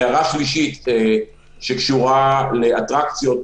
הערה שלישית שקשורה לאטרקציות,